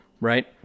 right